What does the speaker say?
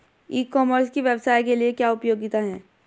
ई commerce की व्यवसाय के लिए क्या उपयोगिता है?